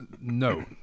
No